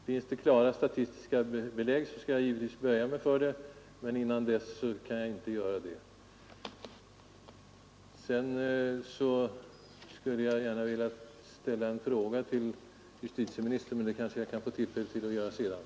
Har man klara statistiska belägg, så skall jag givetvis böja mig för dessa, men innan dess kan jag inte göra detta. Sedan skulle jag gärna ha velat ställa en fråga till justitieministern, men jag ser honom inte i kammaren just nu. Kanske jag kan få tillfälle att ställa frågan senare.